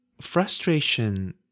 frustration